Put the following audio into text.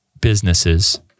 businesses